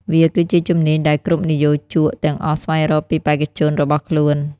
វាគឺជាជំនាញដែលគ្រប់និយោជកទាំងអស់ស្វែងរកពីបេក្ខជនរបស់ខ្លួន។